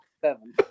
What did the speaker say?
seven